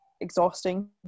exhausting